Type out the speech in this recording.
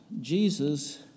Jesus